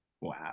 wow